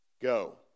go